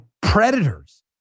predators